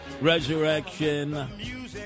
resurrection